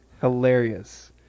hilarious